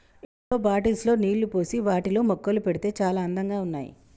ఇంట్లో బాటిల్స్ లో నీళ్లు పోసి వాటిలో మొక్కలు పెడితే చాల అందంగా ఉన్నాయి